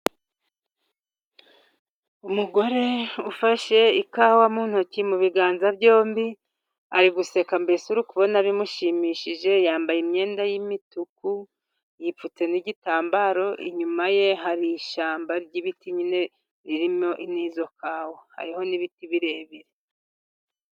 Umugore ufashe ikawa mu ntoki mu biganza byombi, ari guseka, mbese uri kubona bimushimishije, yambaye imyenda y'imituku, yipfutse n'igitambaro, inyuma ye hari ishyamba ry'ibiti nyine ririmo n'izo kawa, hariho n'ibiti birebire